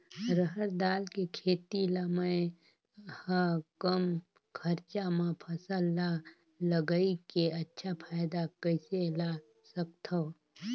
रहर दाल के खेती ला मै ह कम खरचा मा फसल ला लगई के अच्छा फायदा कइसे ला सकथव?